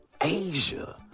Asia